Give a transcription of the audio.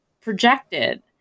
projected